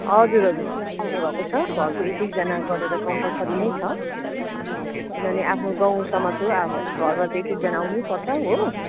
हजुर हजुर सब आउने भएको छ घरको एक एकजना गरेर कम्पल्सरी नै छ किनभने आफ्नो गाउँ समाज हो अब घरबाट त एक एकजना आउनै पर्छ हो